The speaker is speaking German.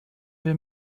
wir